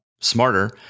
smarter